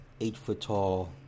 eight-foot-tall